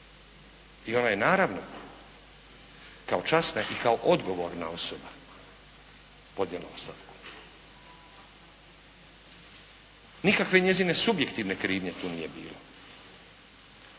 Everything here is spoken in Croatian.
I ona je naravno, kao časna i kao odgovorna osoba podnijela ostavku. Nikakve njezine subjektivne krivnje tu nije bilo.